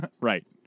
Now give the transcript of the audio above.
right